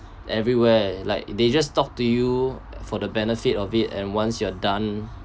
everywhere like they just talk to you for the benefit of it and once you are done